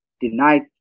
denied